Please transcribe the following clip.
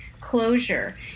closure